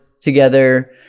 together